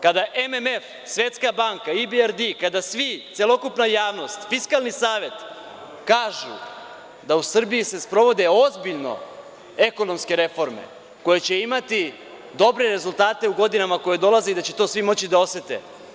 Kada MMF, Svetska banka, IBRD, kada svi, celokupna javnost, Fiskalni savet, kažu da u Srbiji se sprovode ozbiljno ekonomske reforme koje će imati dobre rezultate u godinama koje dolaze i da će to svi moći da osete.